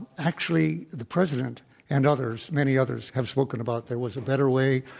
actually, the president and others many others have spoken about there was a better way,